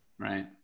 Right